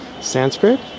Sanskrit